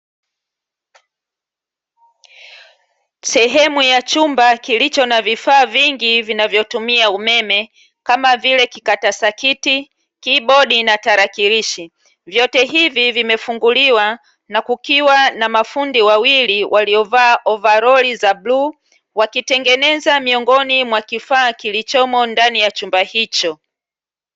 Sehemu ya chumba kilicho na vifaa vingi vinavyotumia umeme kama vile kikatasakiti, kibodi na tarakilishi vyote hivi vimefunguliwa na kukiwa na mafundi wawili waliovaa ovaroli za bluu wakitengeneza miongoni mwa kifaa kilichomo ndani ya chumba hicho.